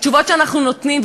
התשובות שאנחנו נותנים,